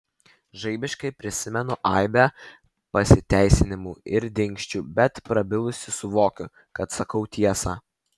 žaibiškai prisimenu aibę pasiteisinimų ir dingsčių bet prabilusi suvokiu kad sakau tiesą